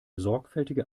sorgfältige